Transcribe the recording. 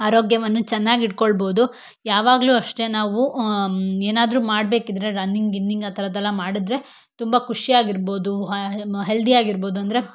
ಆರೋಗ್ಯವನ್ನು ಚೆನ್ನಾಗಿಟ್ಕೊಳ್ಬೋದು ಯಾವಾಗಲೂ ಅಷ್ಟೆ ನಾವು ಏನಾದರೂ ಮಾಡಬೇಕಿದ್ರೆ ರನ್ನಿಂಗ್ ಗಿನ್ನಿಂಗ್ ಆ ಥರದ್ದೆಲ್ಲ ಮಾಡಿದ್ರೆ ತುಂಬ ಖುಷಿಯಾಗಿರ್ಬೋದು ಹೆಲ್ದಿಯಾಗಿರ್ಬೋದು ಅಂದರೆ